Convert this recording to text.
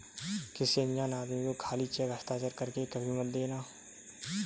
किसी अनजान आदमी को खाली चेक हस्ताक्षर कर के कभी मत देना